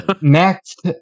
Next